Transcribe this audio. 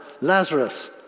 Lazarus